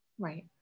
right